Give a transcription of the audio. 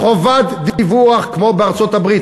חובת דיווח כמו בארצות-הברית.